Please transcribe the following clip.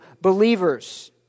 believers